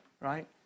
Right